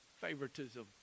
favoritism